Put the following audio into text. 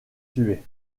tuée